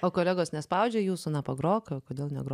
o kolegos nespaudžia jūsų na pagrok kodėl negro